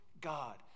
God